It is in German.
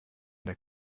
der